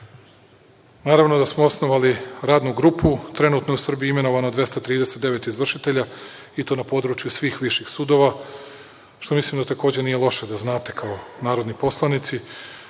60%.Naravno da smo osnovali radnu grupu. Trenutno u Srbiji je imenovano 239 izvršitelja, i to na području svih viših sudova, što mislim da nije loše, da znate, kao narodni poslanici.